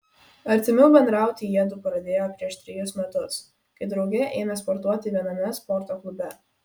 artimiau bendrauti jiedu pradėjo prieš trejus metus kai drauge ėmė sportuoti viename sporto klube